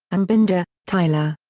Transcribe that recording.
anbinder, tyler.